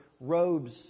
robes